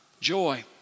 joy